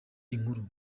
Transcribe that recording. inkuru